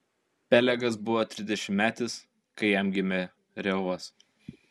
pelegas buvo trisdešimtmetis kai jam gimė reuvas